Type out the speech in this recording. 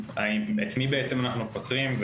את מי בעצם אנחנו פוטרים.